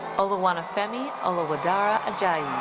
oluwanifemi oluwadara ajayi.